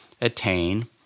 attain